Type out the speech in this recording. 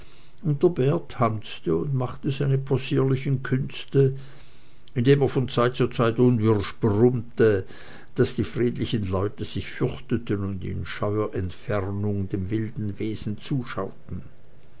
und machte seine possierlichen künste indem er von zeit zu zeit unwirsch brummte daß die friedlichen leute sich fürchteten und in scheuer entfernung dem wilden wesen zuschauten